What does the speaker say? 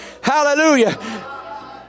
hallelujah